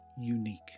unique